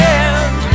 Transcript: end